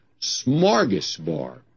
smorgasbord